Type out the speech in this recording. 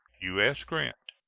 u s. grant.